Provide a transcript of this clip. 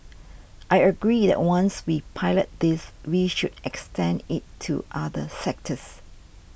I agree that once we pilot this we should extend it to other sectors